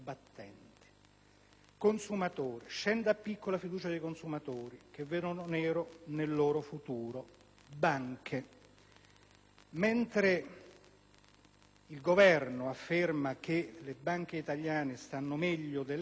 Consumatori: scende a picco la fiducia del consumatori che vedono nero nel loro futuro. In merito alle banche, mentre il Governo afferma che le banche italiane stanno meglio delle altre,